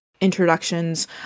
introductions